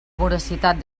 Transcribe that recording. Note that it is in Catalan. voracitat